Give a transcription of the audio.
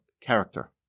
character